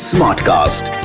Smartcast